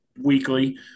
weekly